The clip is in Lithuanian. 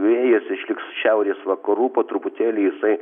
vėjas išliks šiaurės vakarų po truputėlį jisai